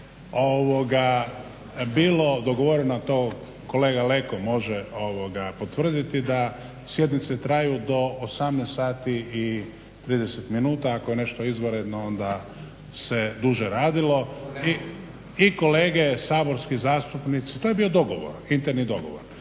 bilo dogovoreno kolega Leko može potvrditi da sjednice traju do 18,30 minuta, a ako je nešto izvanredno onda se duže radilo. I kolege saborski zastupnici, to je bio interni dogovor,